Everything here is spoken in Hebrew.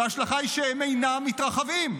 וההשלכה היא שהם אינם מתרחבים.